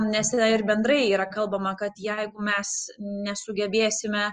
nes ir bendrai yra kalbama kad jeigu mes nesugebėsime